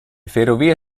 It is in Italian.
ferrovie